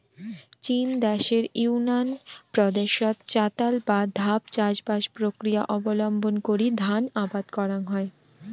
চীন দ্যাশের ইউনান প্রদেশত চাতাল বা ধাপ চাষবাস প্রক্রিয়া অবলম্বন করি ধান আবাদ করাং হই